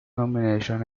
nomination